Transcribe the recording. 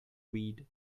weed